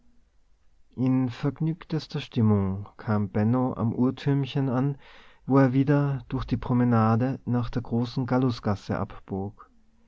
in vergnügtester stimmung kam benno am uhrtürmchen an wo er wieder durch die promenade nach der großen gallusgasse abbog